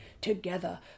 together